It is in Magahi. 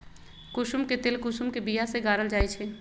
कुशुम के तेल कुशुम के बिया से गारल जाइ छइ